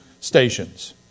stations